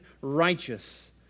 righteous